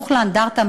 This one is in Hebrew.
סמוך לאנדרטה,